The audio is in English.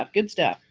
um good stuff.